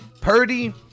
Purdy